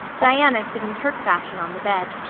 diana sitting turkfashion on the bed.